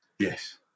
Yes